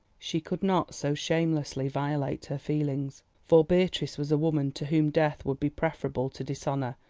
she could not so shamelessly violate her feelings, for beatrice was a woman to whom death would be preferable to dishonour,